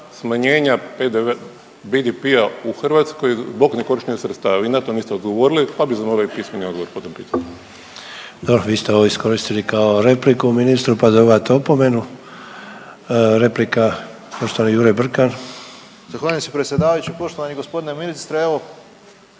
smanjenja BDP-a u Hrvatskoj zbog nekorištenja sredstava, vi na to niste odgovorili pa bi zamolio pisani odgovor po tom pitanju. **Sanader, Ante (HDZ)** Evo vi ste ovo iskoristili kao repliku ministru pa dobivate opomenu. Replika poštovani Jure Brkan. **Brkan, Jure (HDZ)** Zahvaljujem se predsjedavajući. Poštovani gospodine ministre evo